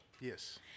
Yes